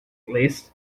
list